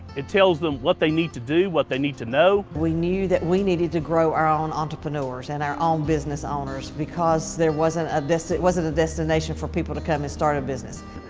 it tells them what they need to do, what they need to know. we knew that we needed to grow our own entrepreneurs and our own business owners because there wasn't ah a, it wasn't a destination for people to come and start a business.